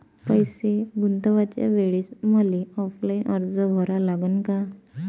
पैसे गुंतवाच्या वेळेसं मले ऑफलाईन अर्ज भरा लागन का?